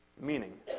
meaning